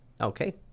Okay